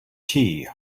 tea